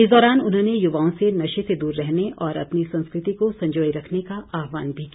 इस दौरान उन्होंने युवाओं से नशे से दूर रहने और अपनी संस्कृति को संजोए रखने का आहवान भी किया